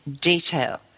detail